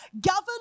govern